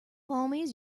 homies